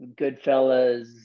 Goodfellas